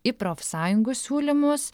į profsąjungų siūlymus